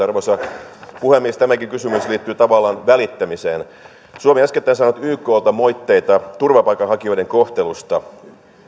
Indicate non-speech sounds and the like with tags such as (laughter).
(unintelligible) arvoisa puhemies tämäkin kysymys liittyy tavallaan välittämiseen suomi on äskettäin saanut yklta moitteita turvapaikanhakijoiden kohtelusta